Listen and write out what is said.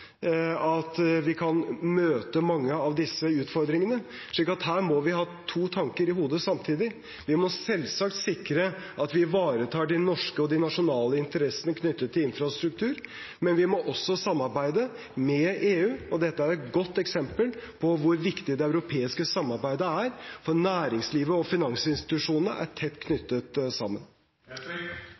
vi kan møte mange av disse utfordringene. Her må vi ha to tanker i hodet samtidig. Vi må selvsagt sikre at vi ivaretar de norske og de nasjonale interessene knyttet til infrastruktur, men vi må også samarbeide med EU. Dette er et godt eksempel på hvor viktig det europeiske samarbeidet er, for næringslivet og finansinstitusjonene er tett knyttet sammen.